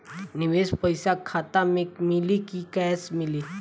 निवेश पइसा खाता में मिली कि कैश मिली?